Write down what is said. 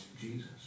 Jesus